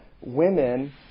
women